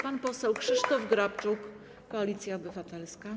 Pan poseł Krzysztof Grabczuk, Koalicja Obywatelska.